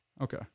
Okay